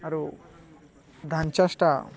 ଆରୁ ଧାାନ୍ ଚାଷ୍ଟା